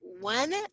one